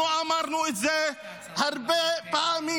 אנחנו אמרנו את זה הרבה פעמים: